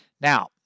Now